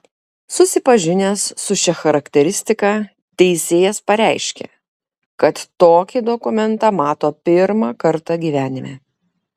susipažinęs su šia charakteristika teisėjas pareiškė kad tokį dokumentą mato pirmą kartą gyvenime